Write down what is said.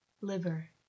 LIVER